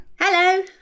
Hello